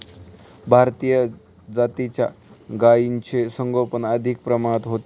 भारतीय जातीच्या गायींचे संगोपन अधिक प्रमाणात होते